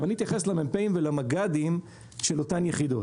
אני אתייחס ל-מ"פים ולמג"דים של אותן יחידות.